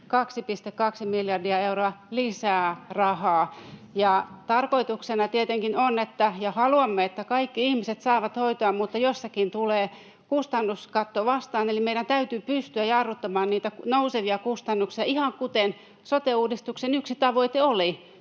2,2 miljardia euroa lisää rahaa. Tarkoituksena tietenkin on, ja haluamme, että kaikki ihmiset saavat hoitoa, mutta jossakin tulee kustannuskatto vastaan, eli meidän täytyy pystyä jarruttamaan niitä nousevia kustannuksia, ihan kuten sote-uudistuksen yksi tavoite oli,